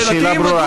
השאלה ברורה.